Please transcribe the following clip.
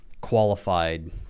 qualified